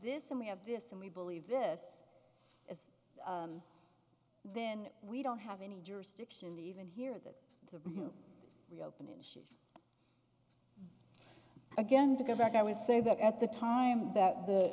this and we have this and we believe this then we don't have any jurisdiction to even hear that the reopening again to go back i would say that at the time that the